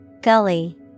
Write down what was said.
Gully